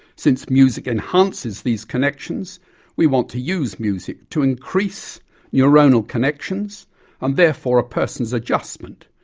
since music enhances these connections we want to use music to increase neuronal connections and therefore a person's adjustment,